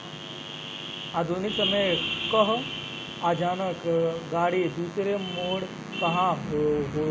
आधुनिक समय कअ अनाज गाड़ी दूसरे ढंग कअ होला